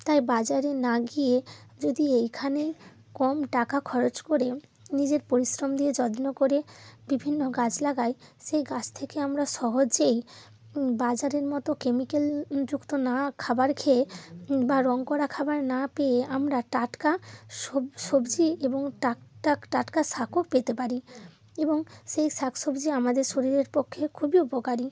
তাই বাজারে না গিয়ে যদি এইখানেই কম টাকা খরচ করে নিজের পরিশ্রম দিয়ে যত্ন করে বিভিন্ন গাছ লাগাই সেই গাছ থেকে আমরা সহজেই বাজারের মতো কেমিক্যাল যুক্ত না খাবার খেয়ে বা রং করা খাবার না পেয়ে আমরা টাটকা সবজি এবং টাটকা শাকও পেতে পারি এবং সেই শাক সবজি আমাদের শরীররে পক্ষে খুবই উপকারী